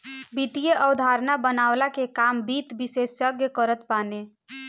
वित्तीय अवधारणा बनवला के काम वित्त विशेषज्ञ करत बाने